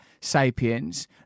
Sapiens